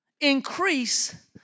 increase